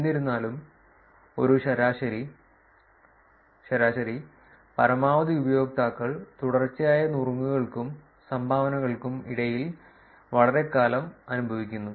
എന്നിരുന്നാലും ഒരു ശരാശരി ശരാശരി പരമാവധി ഉപയോക്താക്കൾ തുടർച്ചയായ നുറുങ്ങുകൾക്കും സംഭാവനകൾക്കും ഇടയിൽ വളരെക്കാലം അനുഭവിക്കുന്നു